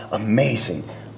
amazing